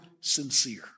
sincere